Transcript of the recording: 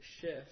shift